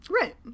Right